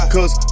Cause